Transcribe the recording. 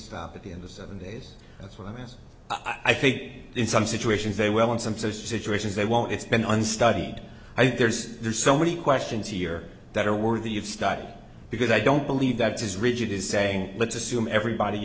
stop at the end of seven days that's what i mean i think in some situations they will in some social situations they won't it's been studied i think there's there's so many questions here that are worthy of study because i don't believe that is rigid is saying let's assume everybody